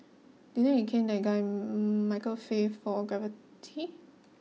didn't you cane that guy Michael Fay for graffiti